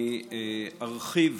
אני ארחיב,